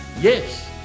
Yes